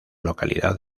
localidad